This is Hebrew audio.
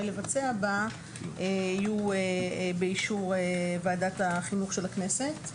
לבצע בה יהיו באישור ועדת החינוך של הכנסת.